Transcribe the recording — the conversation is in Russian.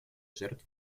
жертв